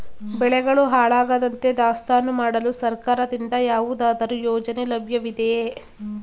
ಬೆಳೆಗಳು ಹಾಳಾಗದಂತೆ ದಾಸ್ತಾನು ಮಾಡಲು ಸರ್ಕಾರದಿಂದ ಯಾವುದಾದರು ಯೋಜನೆ ಲಭ್ಯವಿದೆಯೇ?